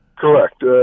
Correct